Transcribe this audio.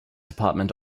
department